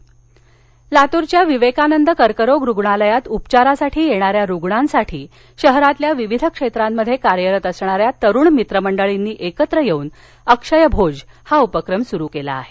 लातर लातूरच्या विवेकानंद कर्करोग रुग्णालयात उपचारासाठी येणाऱ्या रुग्णांसाठी शहरातल्या विविध क्षेत्रात कार्यरत असणाऱ्या तरुण मित्र मंडळींनी एकत्र येऊन अक्षय भोज उपक्रम सुरु केला आहे